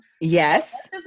yes